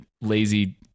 lazy